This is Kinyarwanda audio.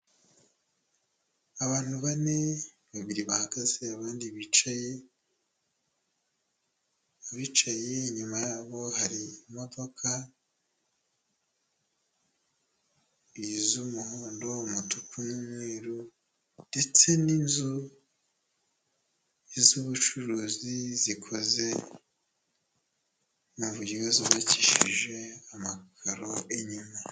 Abantu bane, babiri bahagaze abandi bicaye. Abicaye inyuma yabo hari imodoka z'umuhondo, umutuku, n'umweru ndetse n'inzu z'ubucuruzi zikoze mu buryo zubakishije amakaro inyuma.